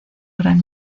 gran